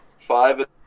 five